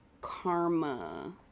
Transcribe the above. karma